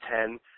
ten